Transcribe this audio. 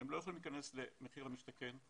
הם לא יכולים להיכנס למחיר למשתכן.